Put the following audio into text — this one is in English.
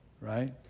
right